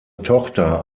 tochter